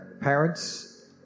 Parents